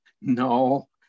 No